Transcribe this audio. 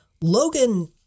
Logan